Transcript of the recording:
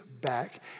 back